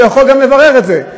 שהוא יוכל גם לברר את זה.